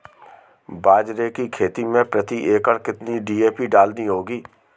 बाजरे की खेती में प्रति एकड़ कितनी डी.ए.पी डालनी होगी?